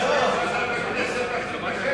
הכנסת תחליט אחרת.